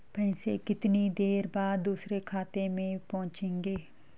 पैसे कितनी देर बाद दूसरे खाते में पहुंचेंगे?